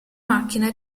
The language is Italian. macchina